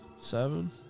seven